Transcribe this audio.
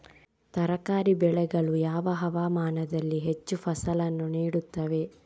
ತರಕಾರಿ ಬೆಳೆಗಳು ಯಾವ ಹವಾಮಾನದಲ್ಲಿ ಹೆಚ್ಚು ಫಸಲನ್ನು ನೀಡುತ್ತವೆ?